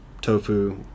tofu